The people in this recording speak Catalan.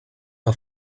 que